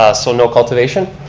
ah so no cultivation.